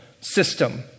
system